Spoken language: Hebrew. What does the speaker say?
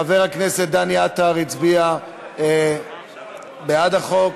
חבר הכנסת דני עטר הצביע בעד החוק,